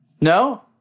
No